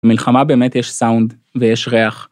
מלחמה באמת יש סאונד ויש ריח.